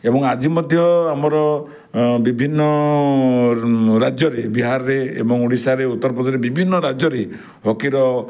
ଏବଂ ଆଜି ମଧ୍ୟ ଆମର ବିଭିନ୍ନ ରାଜ୍ୟରେ ବିହାରରେ ଏବଂ ଓଡ଼ିଶାରେ ଉତ୍ତରପଦରେ ବିଭିନ୍ନ ରାଜ୍ୟରେ ହକିର